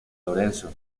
lorenzo